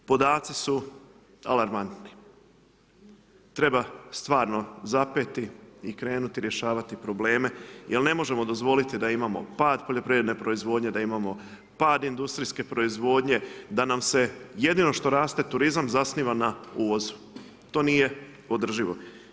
Podaci su alarmantni, treba stvarno zapeti i krenuti rješavati probleme jer ne možemo dozvoliti da imamo pad poljoprivredne proizvodnje, pad industrijske proizvodnje, da nam se jedino što raste turizam zasniva na uvozu, to nije održivo.